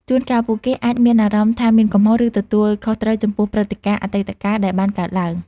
ជួនកាលពួកគេអាចមានអារម្មណ៍ថាមានកំហុស ឬទទួលខុសត្រូវចំពោះព្រឹត្តិការណ៍អតីតកាលដែលបានកើតឡើង។